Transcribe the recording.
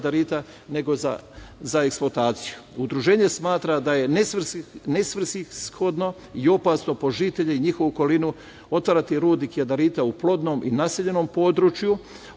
nego za eksploataciju. Udruženje smatra da je nesvrsishodno i opasno po žitelje i njihovu okolinu otvarati rudnike jadarita u plodnom i naseljenom području